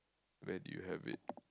where did you have it